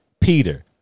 Peter